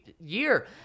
year